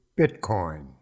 Bitcoin